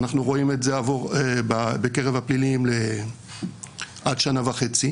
אנחנו רואים את זה בקרב הפליליים עד שנה וחצי.